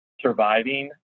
surviving